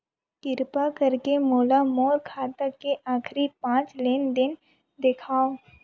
किरपा करके मोला मोर खाता के आखिरी पांच लेन देन देखाव